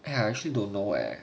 eh I actually don't know eh